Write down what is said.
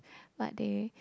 but they